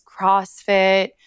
CrossFit